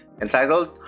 entitled